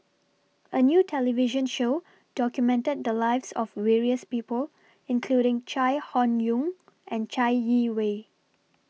A New television Show documented The Lives of various People including Chai Hon Yoong and Chai Yee Wei